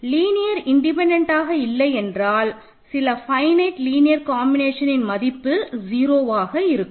இவை லீனியர் இன்டிபென்டன்ட்ஆக இல்லை என்றால் சில ஃபைனட் லீனியர் காம்பினேஷன் மதிப்பு 0 ஆக இருக்கும்